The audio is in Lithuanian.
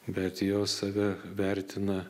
bet jos save vertina